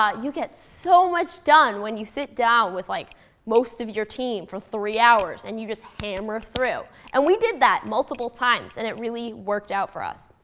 you get so much done when you sit down with like most of your team for three hours and you just hammer through. and we did that multiple times. and it really worked out for us.